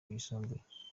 yisumbuye